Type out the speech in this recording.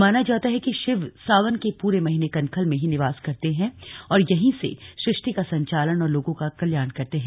माना जाता है कि शिव सावन के पूरे महीने कनखल में ही निवास करते है और यही से सुष्टि का संचालन और लोगों का कल्याण करते हैं